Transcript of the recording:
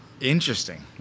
Interesting